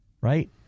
right